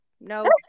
no